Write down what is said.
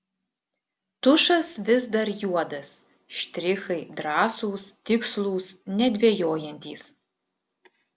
tušas vis dar juodas štrichai drąsūs tikslūs nedvejojantys